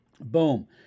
boom